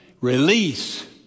release